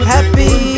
Happy